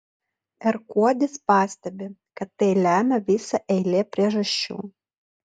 r kuodis pastebi kad tai lemia visa eilė priežasčių